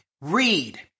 Read